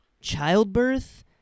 childbirth